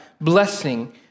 blessing